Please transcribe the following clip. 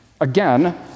again